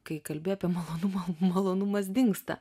kai kalbi apie malonumą malonumas dingsta